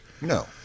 No